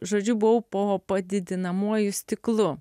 žodžiu buvau po padidinamuoju stiklu